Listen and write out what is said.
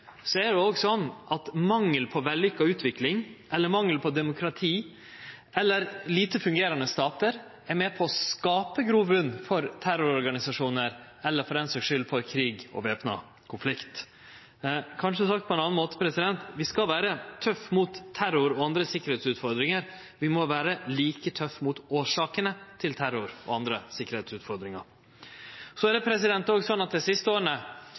er det òg slik at mangel på vellukka utvikling, mangel på demokrati eller dårleg fungerande statar er med på å skape grobotn for terrororganisasjonar, eller for den saks skyld for krig og væpna konflikt. Sagt på ein annan måte: Vi skal vere tøffe mot terror og andre sikkerheitsutfordringar. Vi må vere like tøffe mot årsakene til terror og andre sikkerheitsutfordringar. Det er også slik at dei siste åra